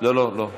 לא לא לא.